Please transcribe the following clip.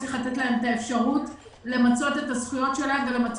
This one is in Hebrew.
יש לתת להם את האפשרות למצות את הזכויות שלהם ואת המענקים,